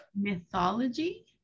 mythology